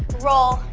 roll,